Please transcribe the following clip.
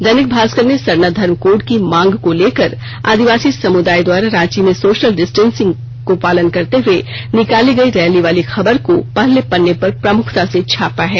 दैनिक भास्कर ने सरना धर्म कोड की मांग को लेकर आदिवासी समुदाय द्वारा रांची में सोशल डिस्टेंसिंग को पालन करते हुए निकाली गई रैली वाली खबर को पहले पन्ने पर प्रमुखता से छापा है